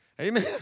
Amen